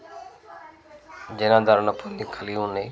జనాదరణ పొంది కలిగి ఉన్నాయి